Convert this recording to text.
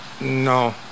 No